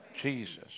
Jesus